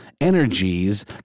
energies